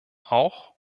auch